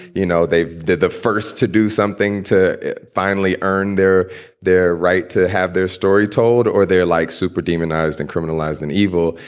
you know, they did the first to do something to finally earn their their right to have their story told or they're like super demonized and criminalized and evil.